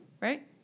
right